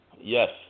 Yes